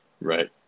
Right